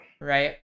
Right